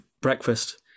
breakfast